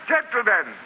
Gentlemen